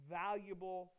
valuable